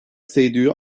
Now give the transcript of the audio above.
seydiu